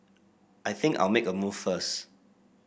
I think I'll make a move first